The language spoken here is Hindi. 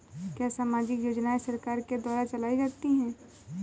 क्या सामाजिक योजनाएँ सरकार के द्वारा चलाई जाती हैं?